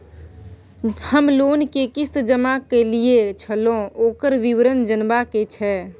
हम लोन के किस्त जमा कैलियै छलौं, ओकर विवरण जनबा के छै?